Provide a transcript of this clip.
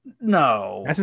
No